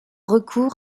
recours